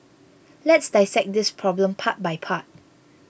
let's dissect this problem part by part